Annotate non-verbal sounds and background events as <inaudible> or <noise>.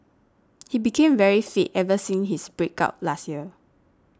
<noise> he became very fit ever since his break up last year